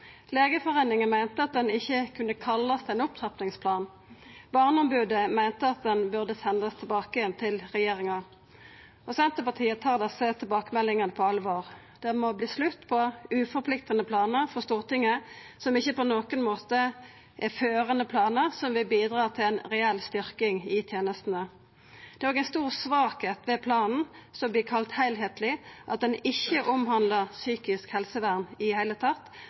Legeforeininga meinte han ikkje kunne kallast ein opptrappingsplan. Barneombodet meinte han burde sendast tilbake til regjeringa. Senterpartiet tar desse tilbakemeldingane på alvor. Det må verta slutt på uforpliktande planar for Stortinget som ikkje på nokon måte er førande planar som vil bidra til ei reell styrking i tenestene. Det er òg ei stor svakheit ved planen, som vert kalla heilskapleg, at han ikkje omhandlar psykisk helsevern i det heile.